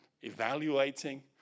evaluating